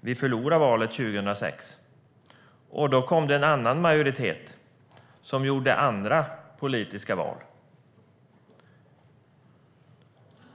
Vi förlorade valet 2006. Då kom en annan majoritet som gjorde andra politiska val.